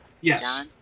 Yes